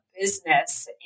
business